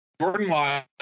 Jordan